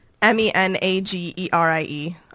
M-E-N-A-G-E-R-I-E